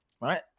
right